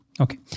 Okay